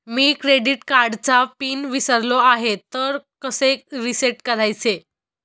मी credit कार्डचा PIN विसरलो आहे तर कसे रीसेट करायचे?